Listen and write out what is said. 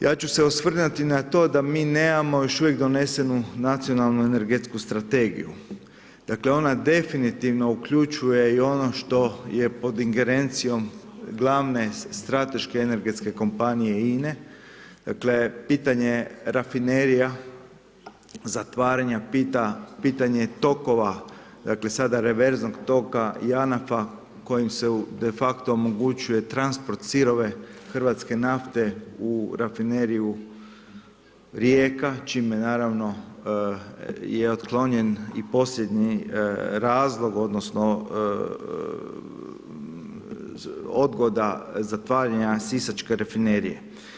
Ja ću se osvrnuti na to da mi nemamo još uvijek donesenu nacionalnu energetsku strategiju, dakle ona definitivno uključuje i ono što je i pod ingerencijom glavne strateške energetske kompanije INE, dakle pitanje rafinerija, zatvaranja, pitanje tokova, dakle sada reverznog toka JANAFA kojim se de facto omogućuje transport sirove hrvatske nafte u rafineriju Rijeka čime naravno je otklonjen i posljednji razlog odnosno odgoda zatvaranja sisačke rafinerije.